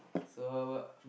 so how about